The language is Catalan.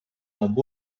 amb